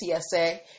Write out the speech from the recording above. TSA